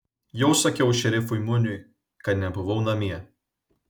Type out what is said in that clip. jau sakiau šerifui muniui kad nebuvau namie